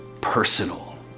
personal